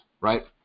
right